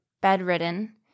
bedridden